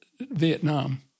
Vietnam